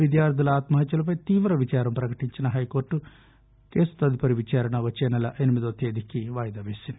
విద్యార్థుల ఆత్మహత్యలపై తీవ్ర విచారం ప్రకటించిన హైకోర్టు తదుపరి విచారణ వచ్చే నెల ఎనిమిదవ తేదీకి వాయిదా పేసింది